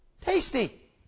tasty